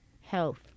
health